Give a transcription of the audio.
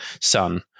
sun